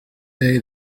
day